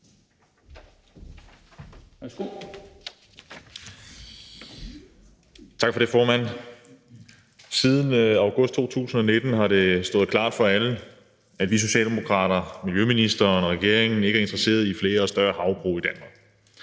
Tak for det, formand. Siden august 2019 har det stået klart for alle, at vi Socialdemokrater, miljøministeren og regeringen ikke er interesserede i flere og større havbrug i Danmark.